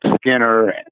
Skinner